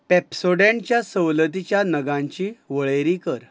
पॅप्सोडंटच्या सवलतीच्या नगांची वळेरी कर